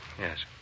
yes